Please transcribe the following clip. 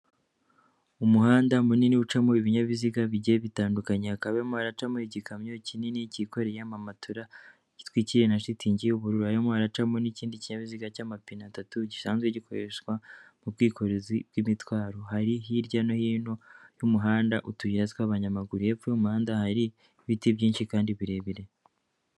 umuhanda munini ucamo ibinyabiziga bijgie bitandukanye, hakaba harimo haracamo igikamyo kinini cyikoreye amamatora, gitwikiwe na shitingi y'uburu, harimo haracamo n'ikindi kinyabiziga cy'amapine atatu gisanzwe gikoreshwa mu bwikorezi bw'imitwaro, hari hirya no hino y'umuhanda utuyira tw'abanyamaguru, hepfo y'umuhanda hari ibiti byinshi kandi birebire.